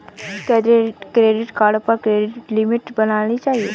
क्या credit card पर credit limit बढ़ानी चाहिए?